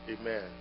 Amen